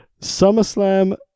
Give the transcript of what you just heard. SummerSlam